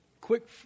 quick